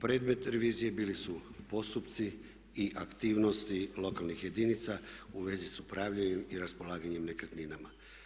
Predmet revizije bili su postupci i aktivnosti lokalnih jedinica u vezi s upravljanjem i raspolaganjem nekretninama.